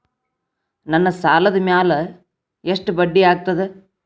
ನನ್ನ ಸಾಲದ್ ಮ್ಯಾಲೆ ಎಷ್ಟ ಬಡ್ಡಿ ಆಗ್ತದ?